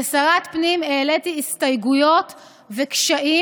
כשרת פנים העליתי הסתייגויות וקשיים,